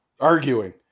Arguing